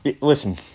listen